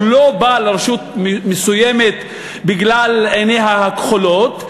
לא בא לרשות מסוימת בגלל עיניה הכחולות,